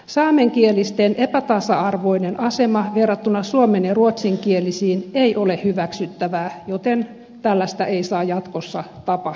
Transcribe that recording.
saamenkielisten epätasa arvoinen asema verrattuna suomen ja ruotsinkielisiin ei ole hyväksyttävää joten tällaista ei saa jatkossa tapahtua